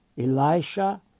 Elisha